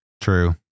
True